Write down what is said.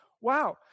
Wow